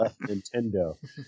Nintendo